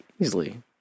easily